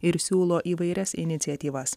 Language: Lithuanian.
ir siūlo įvairias iniciatyvas